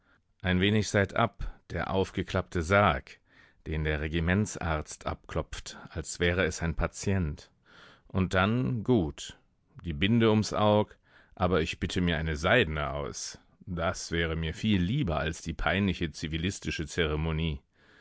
ein wenig seitab der aufgeklappte sarg den der regimentsarzt abklopft als wäre es ein patient und dann gut die binde ums aug aber ich bitte mir eine seidene aus das wäre mir viel lieber als die peinliche zivilistische zeremonie